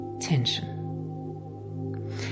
tension